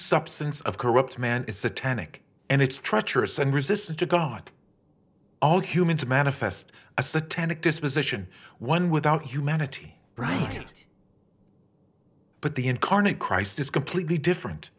substance of corrupt man is satanic and it's treacherous and resistant to god all humans manifest a satanic disposition one without humanity right but the incarnate christ is completely different